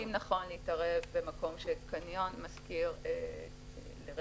האם נכון להתערב במקום בו קניון משכיר לרשת?